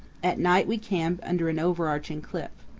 at night we camp under an overarching cliff.